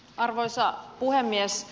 arvoisa puhemies